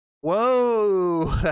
whoa